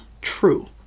true